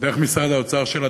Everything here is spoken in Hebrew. דרך משרד האוצר שלה,